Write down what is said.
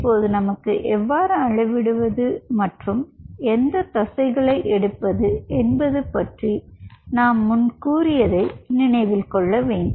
இப்போது நமக்கு எவ்வாறு அளவிடுவது மற்றும் எந்த தசைகளை எடுப்பது என்பது பற்றி நாம் முன் கூறியதை நினைவில் கொள்ளவேண்டும்